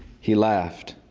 he laughed.